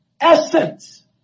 essence